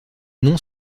noms